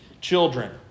children